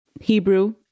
Hebrew